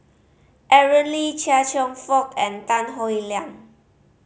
Aaron Lee Chia Cheong Fook and Tan Howe Liang